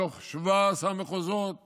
מתוך 17 מחוזות